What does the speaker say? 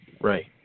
right